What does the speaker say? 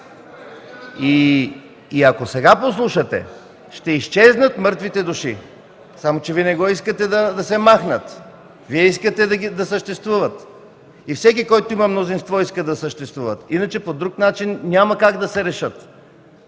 И ако сега послушате, ще изчезнат мъртвите души. Само че Вие не искате да се махнат. Вие искате да съществуват. Всеки, който има мнозинство, иска да съществуват. Иначе по друг начин няма как да се решат.